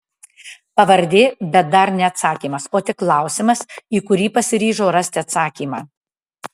pavardė bet dar ne atsakymas o tik klausimas į kurį pasiryžau rasti atsakymą